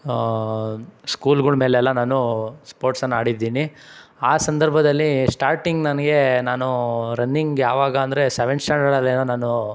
ಸ್ಕೂಲ್ಗಳ ಮೇಲೆಲ್ಲ ನಾನು ಸ್ಪೋರ್ಟ್ಸನ್ನು ಆಡಿದ್ದೀನಿ ಆ ಸಂದರ್ಭದಲ್ಲಿ ಸ್ಟಾರ್ಟಿಂಗ್ ನನಗೆ ನಾನು ರನ್ನಿಂಗ್ ಯಾವಾಗ ಅಂದರೆ ಸೆವೆಂತ್ ಸ್ಟ್ಯಾಂಡರ್ಡಲ್ಲೇನೋ ನಾನು